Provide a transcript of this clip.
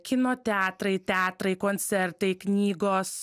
kino teatrai teatrai koncertai knygos